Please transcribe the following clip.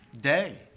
day